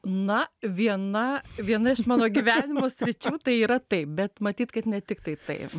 na viena viena iš mano gyvenimo sričių tai yra taip bet matyt kad ne tiktai taip